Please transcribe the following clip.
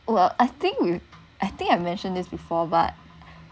well I think I think I mentioned this before but